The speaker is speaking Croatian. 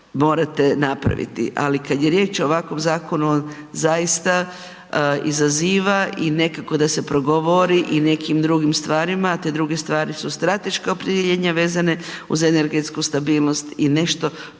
morate napraviti. Ali kada je riječ o ovakvom zakonu zaista izaziva i nekako da se progovori i o nekim drugim stvarima a te druge stvari su strateško opredjeljenje vezane uz energetsku stabilnost i nešto